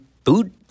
food